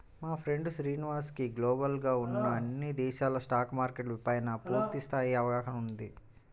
మా ఫ్రెండు శ్రీనివాస్ కి గ్లోబల్ గా ఉన్న అన్ని దేశాల స్టాక్ మార్కెట్ల పైనా పూర్తి స్థాయి అవగాహన ఉంది